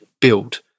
build